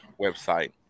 website